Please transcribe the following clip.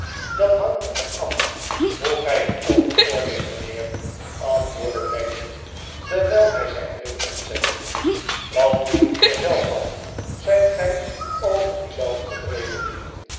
dat hangt er van af hoe gij er over qordeelt mijnheer antwoordde nadgett terwijl hij zijn bril opzette wat dunkt u er zelf van zijt gij over u zelf tevreden